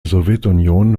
sowjetunion